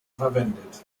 verwendet